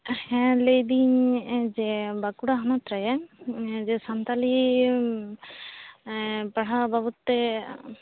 ᱦᱮᱸ ᱞᱟᱹᱭᱫᱟᱹᱧ ᱡᱮ ᱵᱟᱸᱠᱩᱲᱟ ᱦᱚᱱᱚᱛ ᱨᱮ ᱡᱮ ᱥᱟᱱᱛᱟᱲᱤ ᱯᱟᱲᱦᱟᱣ ᱵᱟᱵᱚᱛᱮ